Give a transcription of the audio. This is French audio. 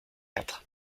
quatre